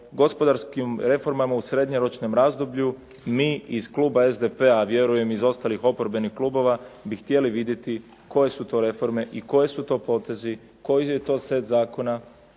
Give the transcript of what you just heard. gospodarskim reformama u srednjoročnom razdoblju mi iz kluba SDP-a a vjerujem i iz ostalih oporbenih klubova bi htjeli vidjeti koje su to reforme, koji su to potezi, koji je to set zakona